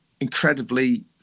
incredibly